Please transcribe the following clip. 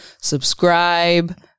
subscribe